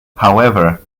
however